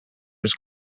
was